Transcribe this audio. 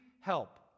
help